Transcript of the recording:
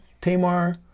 Tamar